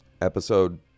episode